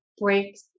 breaks